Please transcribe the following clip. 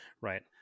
right